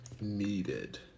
needed